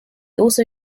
also